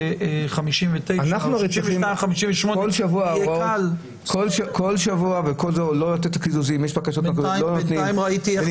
שכבר חודשים ושבועות לא ראינו אותם פה.